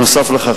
נוסף על כך,